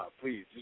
please